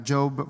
Job